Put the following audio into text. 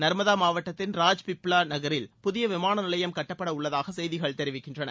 நர்மதா மாவட்டத்தின் ராஜ்பிப்லா நகரில் புதிய விமானநிலையம் கட்டப்பட உள்ளதாக செய்திகள் தெரிவிக்கின்றன